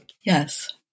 yes